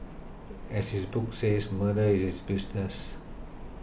as his book says Murder is his business